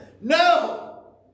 No